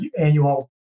annual